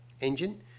engine